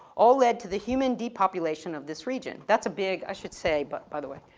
all led to the human depopulation of this region. that's a big, i should say, but by the way,